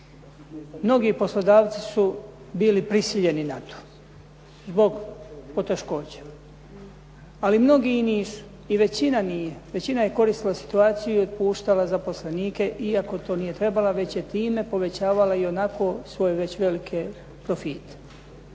Mnogi poslodavci su bili prisiljeni na to zbog poteškoća, ali mnogi i nisu, i većina nije. Većina je koristila situacija i otpuštala zaposlenike iako to nije trebala već je time povećavala ionako svoje već velike profite.